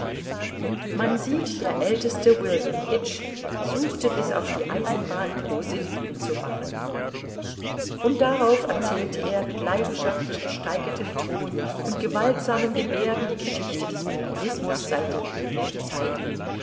man sieht der aelteste william hitch suchte bis auf die eisenbahn proselyten zu machen und darauf erzählte er mit leidenschaftlich gesteigertem ton und gewaltsamen geberden die geschichte des mormonismus seit den biblischen zeiten